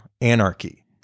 anarchy